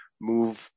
move